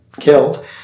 killed